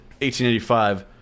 1885